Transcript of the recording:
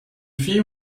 fille